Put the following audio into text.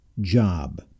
job